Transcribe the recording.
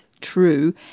true